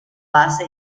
base